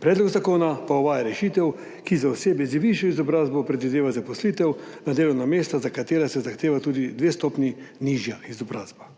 Predlog zakona pa uvaja rešitev, ki za osebe z višjo izobrazbo predvideva zaposlitev na delovna mesta, za katera se zahteva tudi dve stopnji nižja izobrazba.